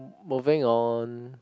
moving on